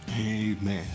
Amen